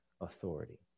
authority